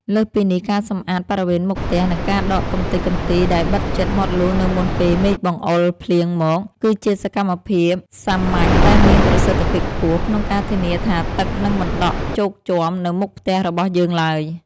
លើសពីនេះ ការសម្អាតបរិវេណមុខផ្ទះ និងការដកកម្ទេចកម្ទីដែលបិទជិតមាត់លូនៅមុនពេលមេឃបង្អុរភ្លៀងមក គឺជាសកម្មភាពសាមញ្ញតែមានប្រសិទ្ធភាពខ្ពស់ ក្នុងការធានាថាទឹកនឹងមិនដក់ជោកជាំនៅមុខផ្ទះរបស់យើងឡើយ។